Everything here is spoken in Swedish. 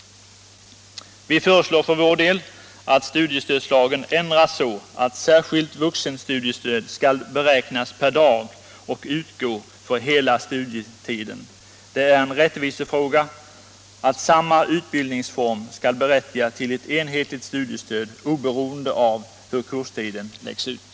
Vi föreslår för vår del att studiestödslagen ändras så, att särskilt vuxenstudiestöd skall beräknas per dag och utgå för hela studietiden. Det är en rättvisefråga att samma utbildningsform skall berättiga till ett en Nr 88 hetligt studiestöd, oberoende av hur kurstiden läggs ut.